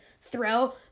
throw